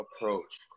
approach